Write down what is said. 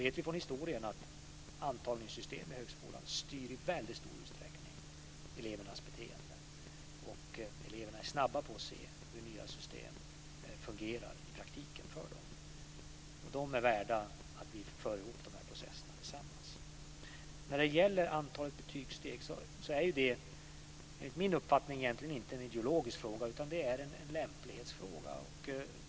Vi vet från historien att antagningssystem i högskolan i väldigt stor utsträckning styr elevernas beteende. Eleverna är snabba på att se hur nya system i praktiken fungerar för dem. De är värda att vi tillsammans för ihop de här processerna. Antalet betygssteg är enligt min uppfattning egentligen inte en ideologisk fråga utan en lämplighetsfråga.